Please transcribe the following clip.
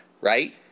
right